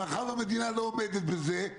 מאחר והמדינה לא עומדת בזה,